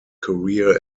career